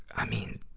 i mean,